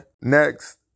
Next